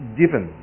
given